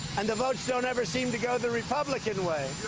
and the votes don't ever seem to go the republican way.